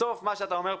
בסוף מה שאתה אומר,